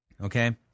Okay